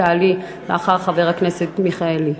את תעלי לאחר חבר הכנסת מיכאלי.